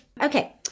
Okay